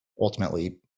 ultimately